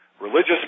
religious